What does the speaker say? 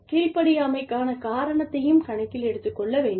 கீழ்ப்படியாமைக்கான காரணத்தையும் கணக்கில் எடுத்துக்கொள்ள வேண்டும்